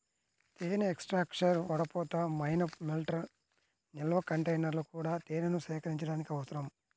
తేనె ఎక్స్ట్రాక్టర్, వడపోత, మైనపు మెల్టర్, నిల్వ కంటైనర్లు కూడా తేనెను సేకరించడానికి అవసరం